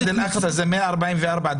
מסגד אל אקצא זה 144 דונם.